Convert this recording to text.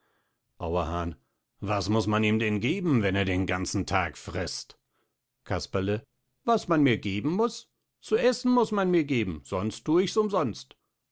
auerhahn was muß man ihm denn geben wenn er den ganzen tag frißt casperle was man mir geben muß zu eßen muß man mir geben sonst thu ichs umsonst